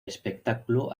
espectáculo